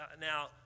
now